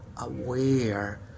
aware